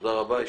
תודה רבה.